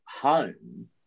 home